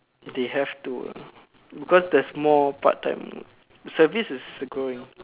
they have to lah because there's more part time service is growing